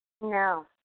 No